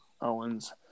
Owens